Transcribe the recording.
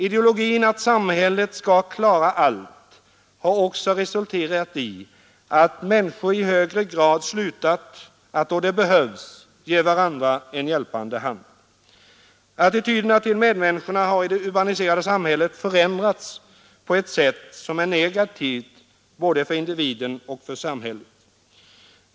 Ideologin att samhället skall klara allt har också resulterat i att människor i högre grad slutat att då det behövs ge varandra en hjälpande hand. Attityderna till medmänniskorna har i det urbaniserade samhället förändrats på ett sätt som är negativt både för individen och för samhället.